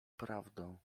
prawdą